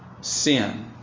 sin